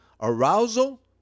arousal